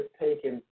taken –